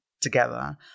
together